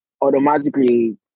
automatically